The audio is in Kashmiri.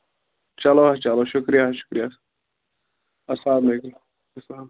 چلو حظ چلو شُکریہ شُکریہ اَسلامُ علیکُم اَسلامُ علیکُم